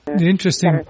Interesting